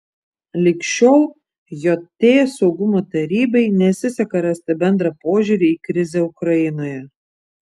lig šiol jt saugumo tarybai nesiseka rasti bendrą požiūrį į krizę ukrainoje